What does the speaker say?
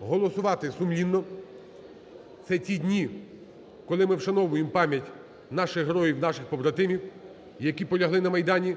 голосувати сумлінно. Це ті дні, коли ми вшановуємо пам'ять наших героїв, наших побратимів, які полягли на Майдані.